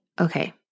okay